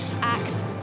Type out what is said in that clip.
Act